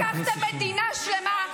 לכו הביתה כמה שיותר מהר.